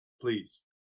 please